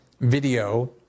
video